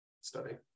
study